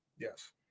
Yes